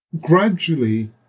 Gradually